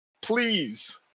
Please